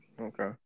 Okay